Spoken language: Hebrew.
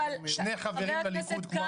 שני חברים לליכוד, כמו המשותפת.